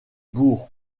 bourg